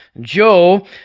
Joe